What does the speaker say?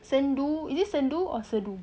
sendu is it sendu or seru